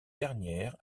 dernière